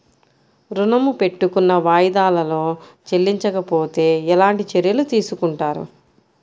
ఋణము పెట్టుకున్న వాయిదాలలో చెల్లించకపోతే ఎలాంటి చర్యలు తీసుకుంటారు?